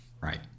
Right